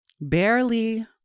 barely